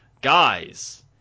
Guys